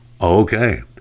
Okay